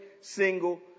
single